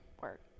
work